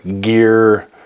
gear